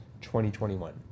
2021